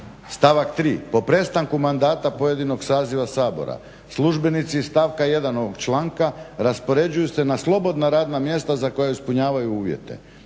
Stavak 3.: "Po prestanku mandata pojedinog saziva Sabora, službenici iz stavka 1. ovog članka raspoređuju se na slobodna radna mjesta za koja ispunjavaju uvjete,